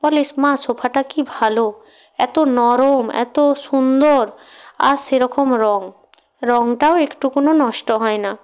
বলে মা সোফাটা কী ভালো এত নরম এত সুন্দর আর সেরকম রং রংটাও একটু কোনো নষ্ট হয় না